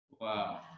Wow